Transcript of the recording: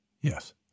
Yes